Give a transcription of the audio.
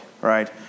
right